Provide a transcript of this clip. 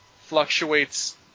fluctuates